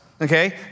Okay